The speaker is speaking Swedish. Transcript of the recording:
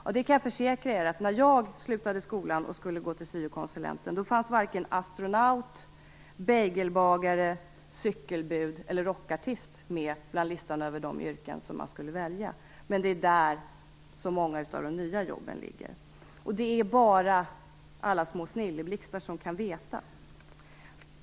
Jag kan försäkra att när jag slutade skolan och gick till syokonsulenten fanns varken astronaut, bagel-bagare, cykelbud eller rockartist med på listan över yrken som man kunde välja. Det är där många av de nya jobben finns. Det är bara alla små snilleblixtar som vet det.